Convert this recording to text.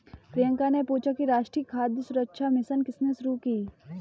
प्रियंका ने पूछा कि राष्ट्रीय खाद्य सुरक्षा मिशन किसने शुरू की?